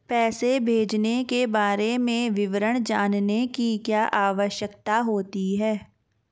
पैसे भेजने के बारे में विवरण जानने की क्या आवश्यकता होती है?